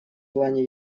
плане